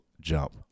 Jump